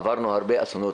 עברנו הרבה אסונות,